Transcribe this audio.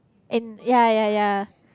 and ya ya ya